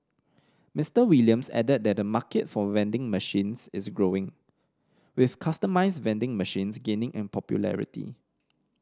Mister Williams added that the market for vending machines is growing with customised vending machines gaining in popularity